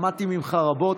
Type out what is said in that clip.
למדתי ממך רבות,